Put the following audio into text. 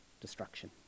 destruction